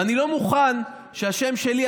ואני לא מוכן שהשם שלי,